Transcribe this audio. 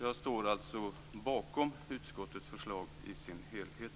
Jag står alltså bakom utskottets förslag i dess helhet.